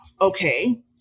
okay